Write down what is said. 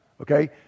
okay